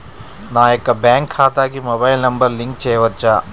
నా యొక్క బ్యాంక్ ఖాతాకి మొబైల్ నంబర్ లింక్ చేయవచ్చా?